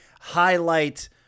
highlight